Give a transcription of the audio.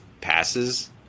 passes